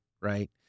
right